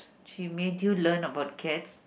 she made you learn about cats